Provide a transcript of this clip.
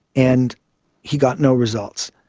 and he got no results.